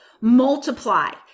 multiply